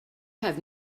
have